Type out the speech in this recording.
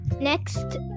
next